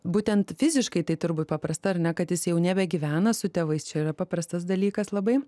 būtent fiziškai tai turbūt paprasta ar ne kad jis jau nebegyvena su tėvais čia yra paprastas dalykas labai